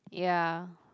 ya